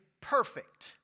perfect